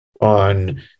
on